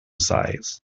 size